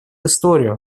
историю